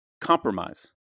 compromise